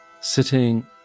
sitting